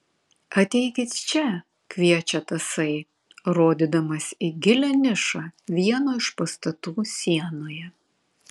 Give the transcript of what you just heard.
ateikit čia kviečia tasai rodydamas į gilią nišą vieno iš pastatų sienoje